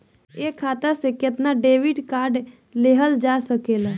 एक खाता से केतना डेबिट कार्ड लेहल जा सकेला?